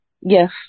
Yes